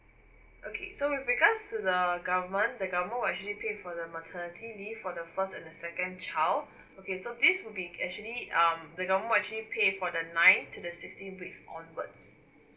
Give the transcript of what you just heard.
okay so with regards to the government the government will actually pay for the maternity leave for the first and the second child okay so this will be actually um the government will actually pay for the ninth to the sixteenth weeks onwards